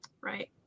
Right